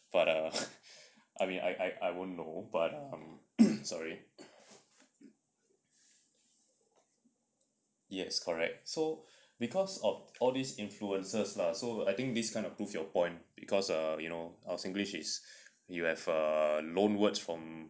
but err I mean I I won't know but um sorry yes correct so because of all these influences lah so I think this kind of proves your point because uh you know our singlish is you have err loan words from